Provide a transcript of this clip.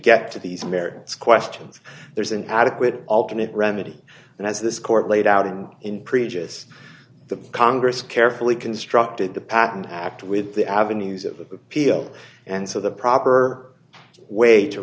get to these merits questions there's an adequate alternate remedy and as this court laid out in in previous the congress carefully constructed the patent act with the avenues of appeal and so the proper way to